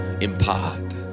impart